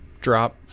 drop